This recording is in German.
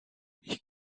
ich